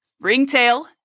ringtail